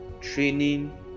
training